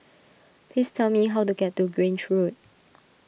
please tell me how to get to Grange Road